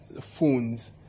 phones